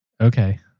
Okay